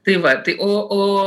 tai va o o